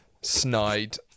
snide